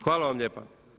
Hvala vam lijepa.